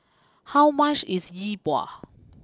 how much is Yi Bua